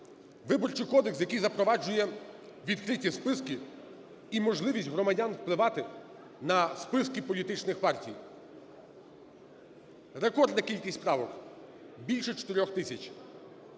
Виборчий кодекс, який запроваджує відкриті списки і можливість громадян впливати на списки політичних партій. Рекордна кількість правок, більше 4 тисяч,